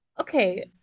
Okay